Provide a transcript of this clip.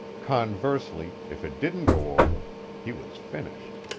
conversely, if it didn't go over he was finished